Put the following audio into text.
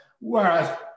whereas